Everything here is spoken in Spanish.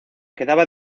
quedaba